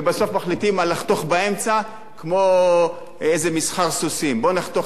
ובסוף מחליטים לחתוך באמצע כמו איזה מסחר סוסים: בוא נחתוך,